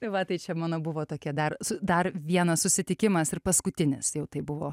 tai va tai čia mano buvo tokia dar dar vienas susitikimas ir paskutinis jau tai buvo